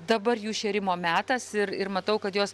dabar jų šėrimo metas ir ir matau kad jos